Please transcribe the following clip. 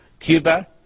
Cuba